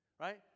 right